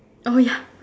oh ya